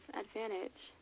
advantage